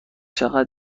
چقدر